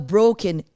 Broken